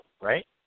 right